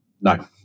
No